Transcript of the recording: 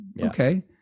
okay